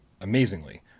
amazingly